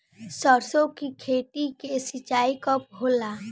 सरसों की खेती के सिंचाई कब होला?